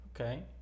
Okay